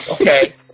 okay